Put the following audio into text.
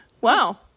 Wow